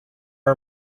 are